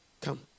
come